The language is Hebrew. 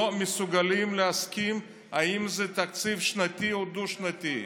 מסוגלים להסכים אם זה תקציב שנתי או דו-שנתי.